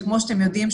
כמו שאתם יודעים,